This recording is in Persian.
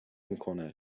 میکنه